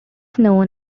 known